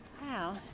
Wow